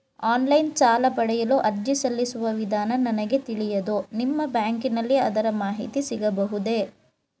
Online ಸಾಲ ಪಡೆಯಲು ಅರ್ಜಿ ಸಲ್ಲಿಸುವ ವಿಧಾನ ನನಗೆ ತಿಳಿಯದು ನಿಮ್ಮ ಬ್ಯಾಂಕಿನಲ್ಲಿ ಅದರ ಮಾಹಿತಿ ಸಿಗಬಹುದೇ?